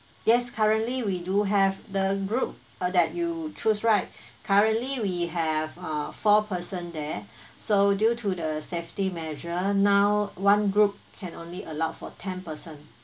yes currently we do have the group uh that you choose right currently we have uh four person there so due to the safety measure now one group can only allow for ten person